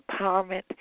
empowerment